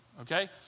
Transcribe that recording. Okay